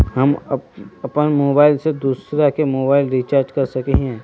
हम अपन मोबाईल से दूसरा के मोबाईल रिचार्ज कर सके हिये?